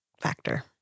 factor